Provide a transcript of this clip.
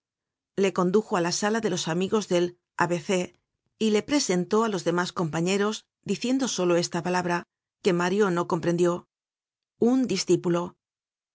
le condujo á la sala de los amigos del a b c y le presentó á los demás compañeros diciendo solo esta palabra que mario no comprendió un discípulo